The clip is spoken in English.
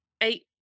Eight